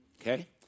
Okay